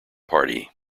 party